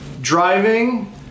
Driving